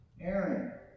Aaron